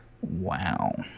Wow